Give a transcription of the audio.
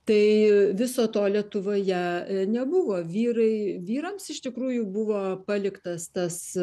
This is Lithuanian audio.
tai viso to lietuvoje nebuvo vyrai vyrams iš tikrųjų buvo paliktas tas